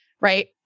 Right